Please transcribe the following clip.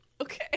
Okay